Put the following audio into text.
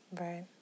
Right